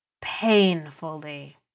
Painfully